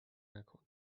نکن